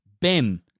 Ben